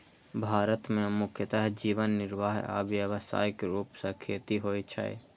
भारत मे मुख्यतः जीवन निर्वाह आ व्यावसायिक रूप सं खेती होइ छै